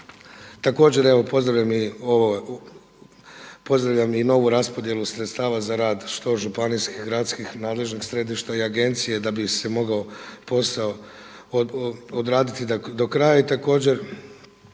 Također evo pozdravljam i novu raspodjelu sredstava za rad što županijskih, gradskih, nadležnih središta i agencije da bi se mogao posao odraditi do kraja.